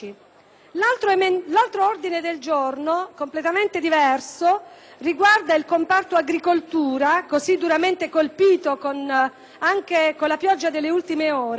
L'altro ordine del giorno, completamente diverso, riguarda il comparto dell'agricoltura, così duramente colpito anche con la pioggia delle ultime ore,